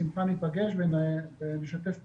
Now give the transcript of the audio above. בשמחה ניפגש ונשתף פעולה.